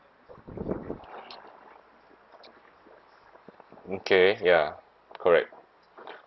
okay ya correct